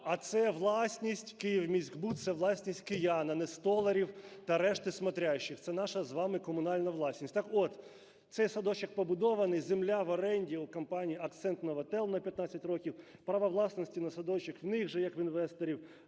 А це власність. "Київміськбуд" – це власність киян, а не столярів та решти "смотрящих". Це наша з вами комунальна власність. Так от, цей садочок побудований, земля в оренді у компанії "Акцент-Новотел" на 15 років, право власності на садочок в них же як в інвесторів.